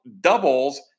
doubles